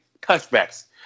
touchbacks